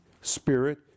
Spirit